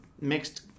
mixed